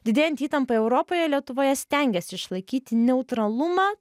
didėjant įtampai europoje lietuva stengiasi išlaikyti neutralumą